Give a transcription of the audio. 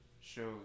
shows